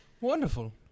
Wonderful